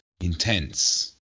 intense